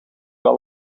wel